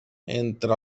entre